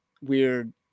weird